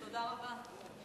תודה רבה.